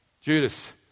Judas